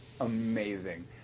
amazing